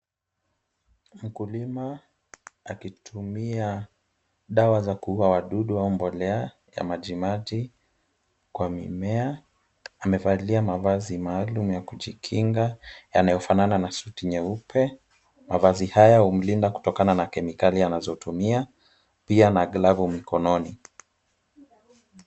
Mkulima akitumia dawa za kuuwa wadudu au mbolea ya majimaji kwa mimea, amevalia mavazi maalum ya kujikinga yanayofanana na suti nyeupe. Mavazi haya humlinda kutokana na kemikali anazotumia, pia na glavu mkononi.